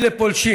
שאלה פולשים